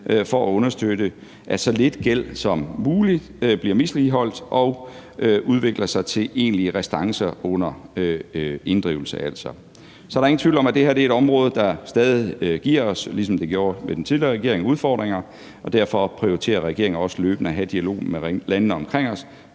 for at understøtte, at så lidt gæld som muligt bliver misligholdt og udvikler sig til egentlige restancer under inddrivelse. Så der er ingen tvivl om, at det her er et område, der stadig giver os, ligesom det gjorde for den tidligere regering, udfordringer, og derfor prioriterer regeringen også løbende at have dialogen med landene omkring os